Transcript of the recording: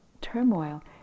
turmoil